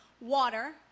water